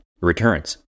returns